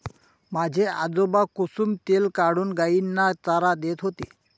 माझे आजोबा कुसुम तेल काढून गायींना चारा देत होते